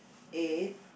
eight